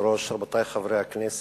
בסדר-היום: